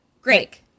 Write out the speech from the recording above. Great